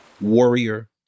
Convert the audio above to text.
Warrior